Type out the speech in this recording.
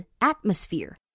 atmosphere